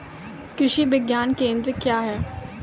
कृषि विज्ञान केंद्र क्या हैं?